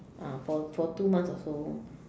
ah for for two months or so